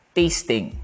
tasting